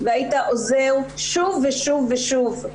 והיית עוזר שוב ושוב ושוב.